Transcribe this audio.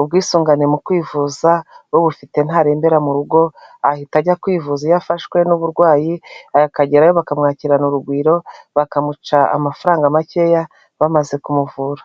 ubwisungane mu kwivuza ubufite ntarembera mu rugo, ahita ajya kwivuza iyo afashwe n'uburwayi akagerayo bakamwakirana urugwiro bakamuca amafaranga makeya bamaze kumuvura.